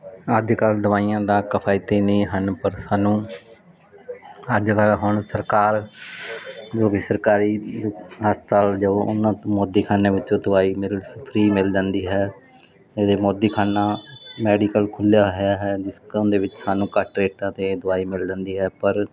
ਅੱਜ ਕੱਲ ਦਵਾਈਆਂ ਦਾ ਕਫਾਇਤੀ ਨੀ ਹਨ ਪਰ ਸਾਨੂੰ ਅੱਜ ਕੱਲ ਹੁਣ ਸਰਕਾਰ ਜੋ ਕੀ ਸਰਕਾਰੀ ਹਸਪਤਾਲ ਜੋ ਉਹਨਾਂ ਮੋਦੀਖਾਨੇ ਵਿੱਚੋਂ ਦਵਾਈ ਮਿਲ ਫਰੀ ਮਿਲ ਜਾਂਦੀ ਹੈ ਇਹਦੇ ਮੋਦੀਖਾਨਾ ਮੈਡੀਕਲ ਖੁੱਲਿਆ ਹੈ ਹੈ ਜਿਸ ਕੰਮ ਦੇ ਵਿੱਚ ਸਾਨੂੰ ਘੱਟ ਰੇਟਾਂ ਤੇ ਦਵਾਈ ਮਿਲ ਜਾਂਦੀ ਹੈ ਪਰ